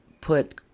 put